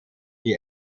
die